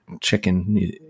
Chicken